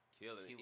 killing